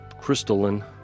crystalline